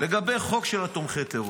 לגבי חוק של תומכי טרור,